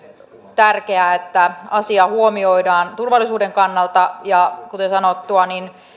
tärkeää että asia huomioidaan turvallisuuden kannalta ja kuten sanottua